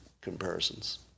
comparisons